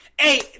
hey